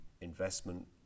investment